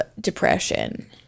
depression